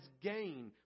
gain